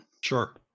Sure